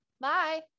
bye